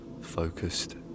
focused